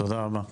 תודה רבה.